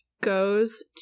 goes